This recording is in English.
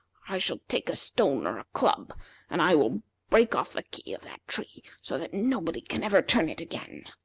i shall take a stone or a club and i will break off the key of that tree, so that nobody can ever turn it again.